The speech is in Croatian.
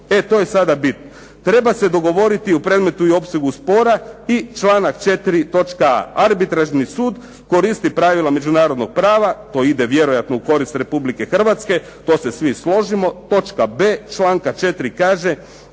e to je sada bit, treba se dogovoriti o predmetu i opsegu spora. I članak 4. točka a), arbitražni sud koristi pravila međunarodnog prava, to ide vjerojatno u korist Republike Hrvatske, to se svi složimo. Točka b) članka 4. kaže